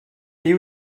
you